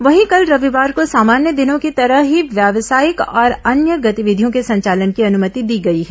वहीं कल रविवार को सामान्य दिनों की तरह ही व्यावसायिक और अन्य गतिविधियों के संचालन की अनुमति दी गई है